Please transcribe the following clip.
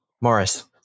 Morris